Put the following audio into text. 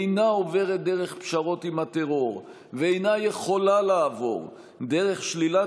אינה עוברת דרך פשרות עם הטרור ואינה יכולה לעבור דרך שלילת